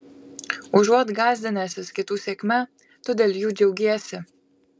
užuot gąsdinęsis kitų sėkme tu dėl jų džiaugiesi